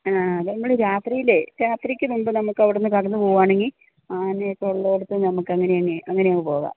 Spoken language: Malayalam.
ആ നമ്മൾ രാത്രിയിൽ രാത്രിക്കു മുമ്പ് നമ്മൾക്ക് അവിടെ നിന്ന് കടന്നു പോവുകയാണെങ്കിൽ ആനയൊക്കെ ഉള്ള ഇടത്ത് നിന്ന് നമുക്ക് അങ്ങനെയങ്ങ് അങ്ങനെയങ്ങ് പോകാം